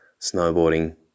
snowboarding